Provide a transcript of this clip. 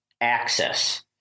access